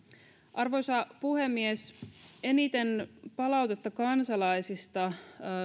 arvoisa puhemies eniten palautetta kansalaisilta